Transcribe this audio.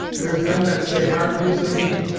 there's them that say hard things of me,